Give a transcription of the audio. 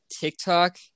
TikTok